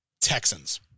Texans